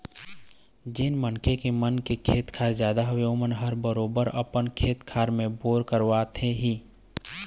जेन मनखे मन के खेत खार जादा हवय ओमन ह बरोबर अपन खेत खार मन म बोर करवाथे ही